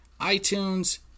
iTunes